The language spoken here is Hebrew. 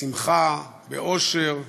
בשמחה, באושר.